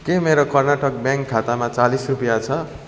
के मेरो कर्नाटक ब्याङ्क खातामा चालिस रुपियाँ छ